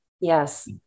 Yes